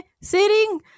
sitting